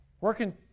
Working